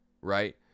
right